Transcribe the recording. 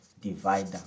divider